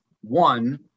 one